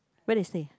where they stay